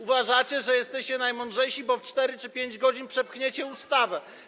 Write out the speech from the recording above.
Uważacie, że jesteście najmądrzejsi, bo w 4 czy 5 godzin przepchniecie ustawę.